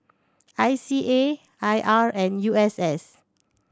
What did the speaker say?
I C A I R and U S S